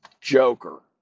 Joker